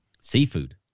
Seafood